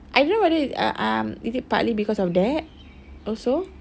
I don't know whether it's uh um is it partly because of that also